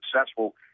successful